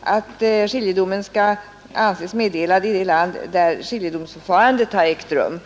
att skiljedomen skall anses meddelad i det land där skiljedomsförfarandet har ägt rum.